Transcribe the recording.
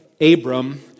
Abram